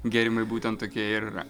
gėrimai būtent tokie ir yra